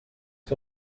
que